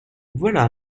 voilà